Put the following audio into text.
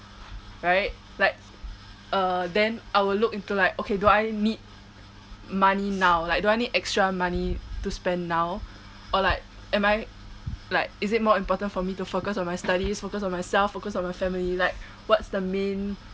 right like uh then I will look into like okay do I need money now like do I need extra money to spend now or like am I like is it more important for me to focus on my studies focus on myself focus on my family like what's the main